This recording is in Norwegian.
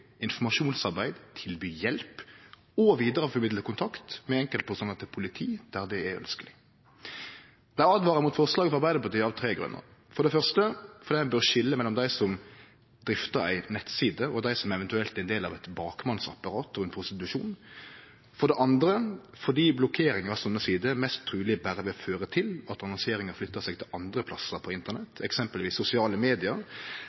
informasjonsarbeid, tilby hjelp og vidareformidle kontakt mellom enkeltpersonar og politiet der det er ønskeleg. Eg åtvarar mot forslaget frå Arbeidarpartiet av tre grunnar: for det første fordi ein bør skilje mellom dei som driftar ei nettside, og dei som eventuelt er ein del av eit bakmannsapparat og ein prostitusjon, for det andre fordi blokkering av slike sider mest truleg berre vil føre til at annonseringa vil flytte seg til andre plassar på